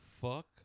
fuck